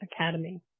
Academy